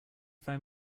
phone